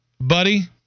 Buddy